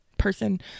person